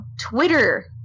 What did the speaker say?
Twitter